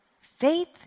faith